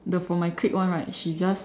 the from my clique [one] right she just